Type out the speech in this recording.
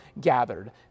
gathered